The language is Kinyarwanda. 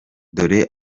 dore